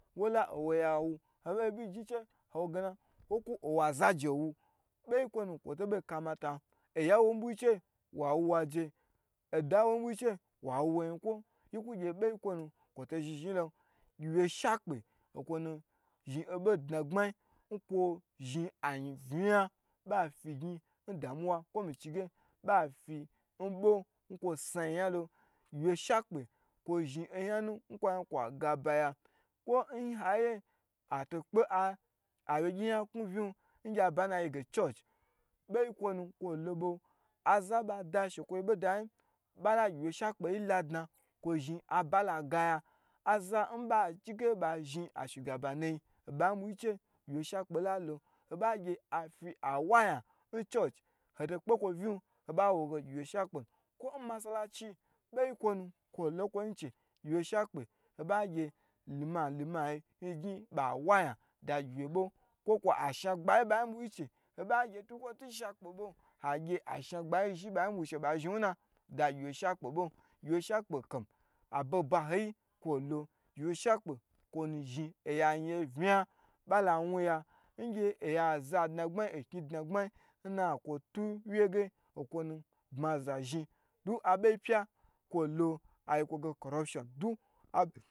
Wola owoya wu, oba gye obyi gni chewi awo gena wola owa zaije wu beyi kwonu kwo to bei kamatan oyabwi gyewa wu je oda nwoyin che wawu wo nyinkwo, yi ku gye bei kwonu kwoto zhin zhin yi lon, gyiwye shakpe nkwo nu zhin obo dna gbayi nkwo zhin ayin vna yan bai fidni ndamuwa kwo mi chi nge bai fi nbo nkwo sna yi yan lo, gyiwye shakpe kwo zhin nyanu nkwo zhin kwa gabaya, atokpe awyegi nyaku vin boyi nkwonu kwo lobo, aza bai da shekwo bo da nyin bala gyi wye shakpe yi ladna aba la la bai gaya azai nnachigue ba zhin ashugabane yin gyiwye shakpe la kwo yan lo, ho ba gye afi awo ayan n church hoto kpekwo vin obawoge gyiwye shakpenu kwo n masalaci hoba gye lima n lima yi ngni bai wa ayan n gyiwye bo, kwo ashna gba yi nba bwi gyi che ho ba gyeba zhin wuna ngyiwye shakpe bo, gyiwye shakpe kom aboho bohoyi kwo lo, gyiwye shekpe kwo nu nu zhin oya yin ye vnagan bala wuya ngye oya za dnagbayi ngye okni dnagbmayi n nakwotuwye ge nkwo nu ba za zhin du aboyipya kwolo ayi kwolo ayi kwo ge koropshon do abei pya